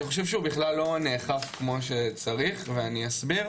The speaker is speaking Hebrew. אני חושב שהוא בכלל לא נאכף כמו שצריך ואני אסביר,